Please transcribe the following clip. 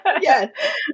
Yes